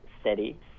steady